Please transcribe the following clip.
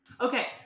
Okay